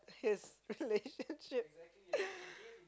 his relationship